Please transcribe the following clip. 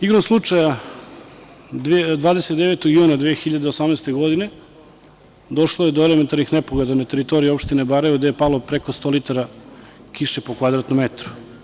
Igrom slučaja, 29. juna 2018. godine došlo je do elementarnih nepogoda na teritoriji opštine Barajevo, gde je palo preko 100 litara kiše po kvadratnom metru.